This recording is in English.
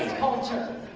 culture